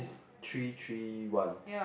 three three one